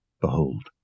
Behold